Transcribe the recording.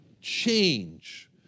change